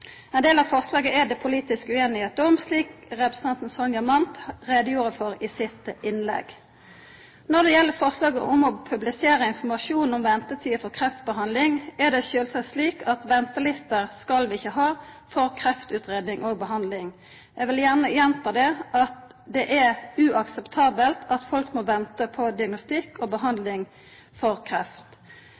Ein del av forslaga er det politisk ueinigheit om, slik representanten Sonja Mandt gjorde greie for i sitt innlegg. Når det gjeld forslaget om å publisera informasjon om ventetider for kreftbehandling, er det sjølvsagt slik at ventelister skal vi ikkje ha for kreftutgreiing og behandling. Eg vil gjerne gjenta at det er uakseptabelt at folk må venta på diagnostikk og behandling for